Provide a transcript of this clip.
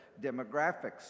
demographics